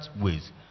ways